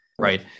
Right